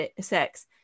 sex